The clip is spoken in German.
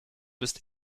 bist